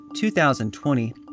2020